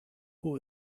who